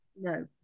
no